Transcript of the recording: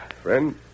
Friend